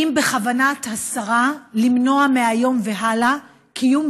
האם בכוונת השרה למנוע מהיום והלאה קיום